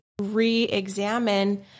re-examine